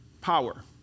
power